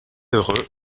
heureux